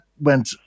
went